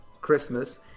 Christmas